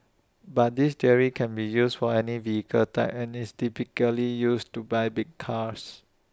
but this category can be used for any vehicle type and is typically used to buy big cars